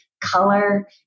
color